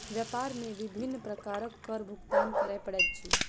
व्यापार मे विभिन्न प्रकारक कर भुगतान करय पड़ैत अछि